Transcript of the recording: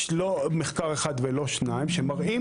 יש לא מחקר אחד ולא שניים שמראים,